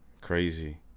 crazy